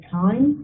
time